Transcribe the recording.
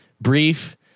brief